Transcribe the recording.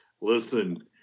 Listen